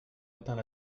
éteint